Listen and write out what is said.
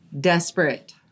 desperate